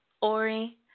Ori